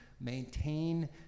maintain